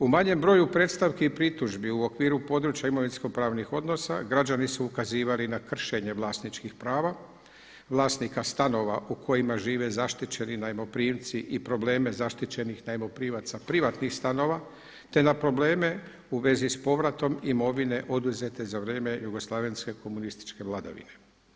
U manjem broju predstavki i pritužbi u okviru područja imovinsko pravnih odnosa građani su ukazivali na kršenje vlasničkih prava vlasnika stanova u kojima žive zaštićeni najmoprimci i probleme zaštićenih najmoprimaca privatnih stanova, te na probleme u vezi s povratom imovine oduzete za vrijeme jugoslavenske komunističke vladavine.